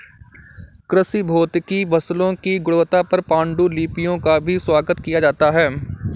कृषि भौतिकी फसलों की गुणवत्ता पर पाण्डुलिपियों का भी स्वागत किया जाता है